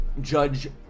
judge